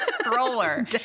stroller